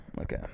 Okay